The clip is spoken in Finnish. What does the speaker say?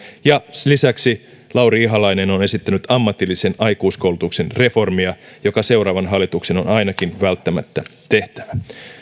ja lisäksi lauri ihalainen on esittänyt ammatillisen aikuiskoulutuksen reformia joka seuraavan hallituksen on ainakin välttämättä tehtävä